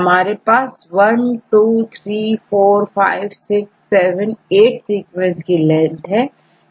हमारे पास123456 78सीक्वेंस की लेंथ है